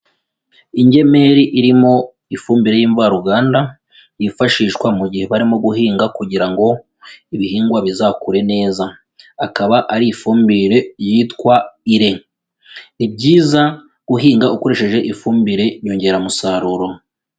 Ingemeri irimo ifumbire y'imvaruganda yifashishwa mu gihe barimo guhinga kugira ngo ibihingwa bizakure neza, akaba ari ifumbire yitwa IRE, ni byiza guhinga ukoresheje ifumbire nyongeramusaruro.